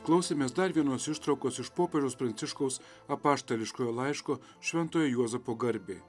klausėmės dar vienos ištraukos iš popiežiaus pranciškaus apaštališkojo laiško šventojo juozapo garbei